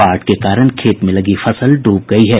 बाढ़ के कारण खेत में लगी फसल डूब गयी है